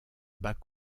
bas